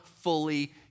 fully